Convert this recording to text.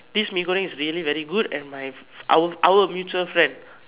this Mee-Goreng is really very good and my our our mutual friend